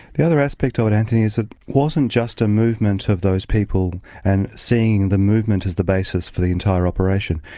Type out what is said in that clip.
the other aspect of it, antony, is it wasn't just a movement of those people and seeing the movement as the basis for the entire operation.